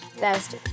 Best